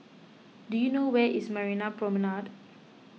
do you know where is Marina Promenade